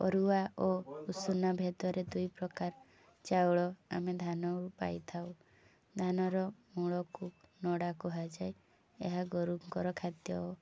ଅରୁଆ ଓ ଉଷୁନା ଭିତରେ ଦୁଇ ପ୍ରକାର ଚାଉଳ ଆମେ ଧାନରୁ ପାଇଥାଉ ଧାନର ମୂଳକୁ ନଡ଼ା କୁହାଯାଏ ଏହା ଗୋରୁଙ୍କର ଖାଦ୍ୟ